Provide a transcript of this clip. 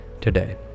today